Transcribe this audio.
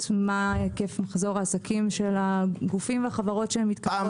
מה היקף מחזור העסקים של הגופים והחברות שהם מתקשרים איתם.